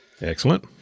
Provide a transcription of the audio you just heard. Excellent